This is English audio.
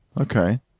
Okay